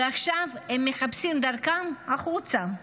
ועכשיו הם מחפשים דרכם החוצה.